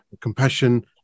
compassion